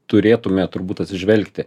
turėtume turbūt atsižvelgti